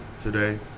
today